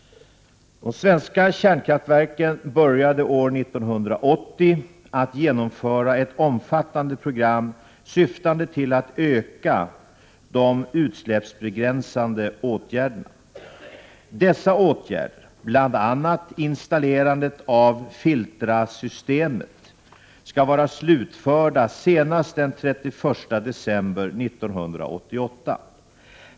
De svenska kärnkraftverken började år 1980 att genomföra ett omfattande program syftande till att öka de utsläppsbegränsande åtgärderna. Dessa åtgärder — bl.a. installerandet av FILTRA-systemet — skall vara slutförda senast den 31 december 1988.